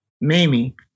Mamie